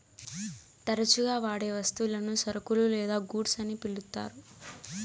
తరచుగా వాడే వస్తువులను సరుకులు లేదా గూడ్స్ అని పిలుత్తారు